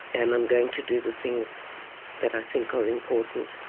and i'm going to do the things that i think are important.